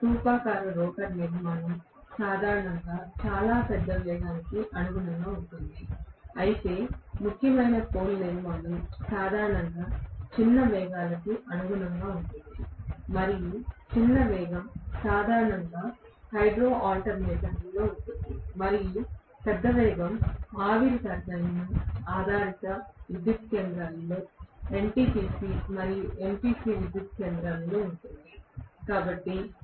స్థూపాకార రోటర్ నిర్మాణం సాధారణంగా చాలా పెద్ద వేగానికి అనుగుణంగా ఉంటుంది అయితే ముఖ్యమైన పోల్ నిర్మాణం సాధారణంగా చిన్న వేగాలకు అనుగుణంగా ఉంటుంది మరియు చిన్న వేగం సాధారణంగా హైడ్రో ఆల్టర్నేటర్లో ఉంటుంది మరియు పెద్ద వేగం సాధారణంగా ఆవిరి టర్బైన్ ఆధారిత విద్యుత్ కేంద్రాలలో NTPC మరియు NPC విద్యుత్ కేంద్రాలలో ఉంటుంది